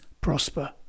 prosper